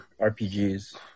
RPGs